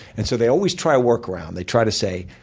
and so they always try a work-around. they try to say,